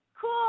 Cool